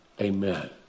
Amen